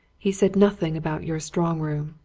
he said nothing about your strong room,